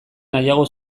nahiago